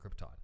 Krypton